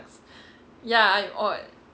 ya I'm odd